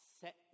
set